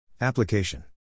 Application